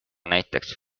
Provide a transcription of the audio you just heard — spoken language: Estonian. näiteks